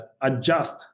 adjust